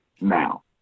Now